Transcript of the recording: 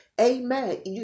Amen